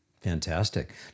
Fantastic